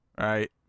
Right